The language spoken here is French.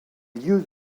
lieux